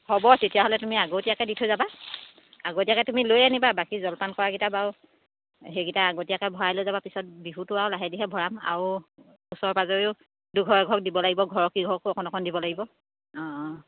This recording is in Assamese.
হ'ব তেতিয়াহ'লে তুমি আগতীয়াকৈ দি থৈ যাবা আগতীয়াকৈ তুমি লৈ আনিবা বাকী জলপান কৰাকেইটা বাৰু সেইকেইটা আগতীয়াকৈ ভৰাই লৈ যাব পিছত বিহুটো আৰু লাহে দিহে ভৰাম আৰু ওচৰ পাঁজৰেও দুঘৰ এঘৰক দিব লাগিব ঘৰৰ কেইঘৰকো অকণমান অকণমান দিব লাগিব অঁ অঁ